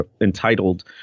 entitled